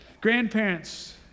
Grandparents